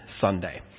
Sunday